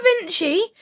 Vinci